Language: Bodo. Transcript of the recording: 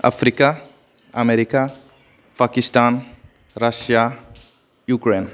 Africa America Pakistan Russia Ukraine